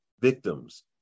victims